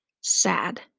Sad